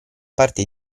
parte